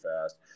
fast